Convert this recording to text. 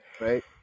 Right